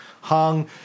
Hung